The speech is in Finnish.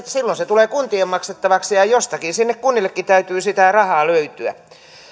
silloin se tulee kuntien maksettavaksi ja ja jostakin sinne kunnillekin täytyy sitä rahaa löytyä